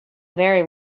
very